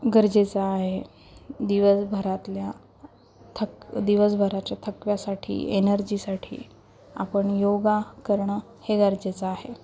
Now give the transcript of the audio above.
गरजेचा आहे दिवसभरातल्या थक दिवसभराच्या थकव्यासाठी एनर्जी साठी आपण योगा करणं हे गरजेचं आहे